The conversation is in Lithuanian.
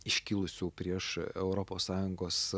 iškilusių prieš europos sąjungos